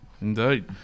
indeed